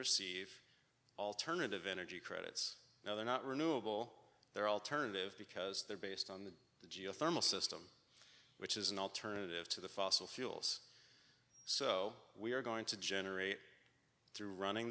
receive alternative energy credits now they're not renewable they're alternative because they're based on the geothermal system which is an alternative to the fossil fuels so we are going to generate through running